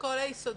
כל היסודי.